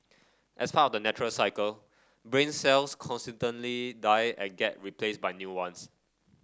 as part of the natural cycle brain cells constantly die at get replaced by new ones